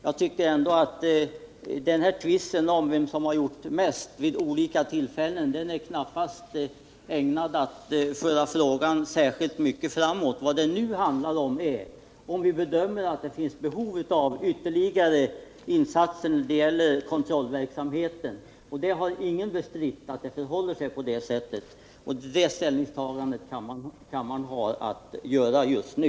Jag tycker f. ö. att den här tvisten om vem som har gjort mest vid olika tillfällen knappast är ägnad att föra frågan särskilt mycket framåt. Vad det nu handlar om är om vi bedömer att det finns behov av ytterligare insatser när det gäller kontrollverksamheten. Det är det ställningstagandet vi har att göra just nu.